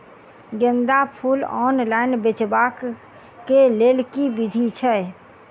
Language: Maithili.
गेंदा फूल ऑनलाइन बेचबाक केँ लेल केँ विधि छैय?